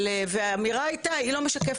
האמירה הייתה: היא לא משקפת.